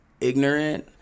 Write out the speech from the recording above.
ignorant